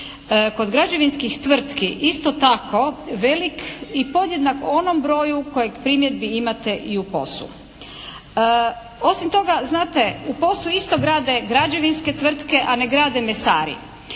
kod građevinskih tvrtki isto tako velik i podjednak onom broju kojeg primjedbi imate i u POS-u. Osim toga, znate, u POS-u isto grade građevinske tvrtke, a ne grade mesari.